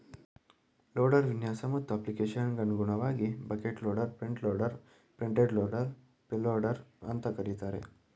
loader ವಿನ್ಯಾಸ ಮತ್ತು ಅಪ್ಲಿಕೇಶನ್ಗನುಗುಣವಾಗಿ bucket loader front loader front end loader payloader ಅಂತ ಕರೀತಾರೆ